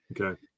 okay